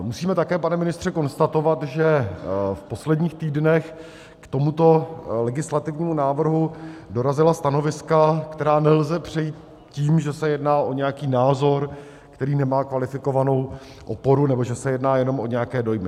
Musíme také, pane ministře, konstatovat, že v posledních týdnech k tomuto legislativnímu návrhu dorazila stanoviska, která nelze přejít tím, že se jedná o nějaký názor, který nemá kvalifikovanou oporu, nebo že se jedná jenom o nějaké dojmy.